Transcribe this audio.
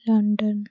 London